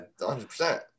100